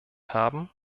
haben